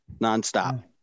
nonstop